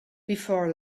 before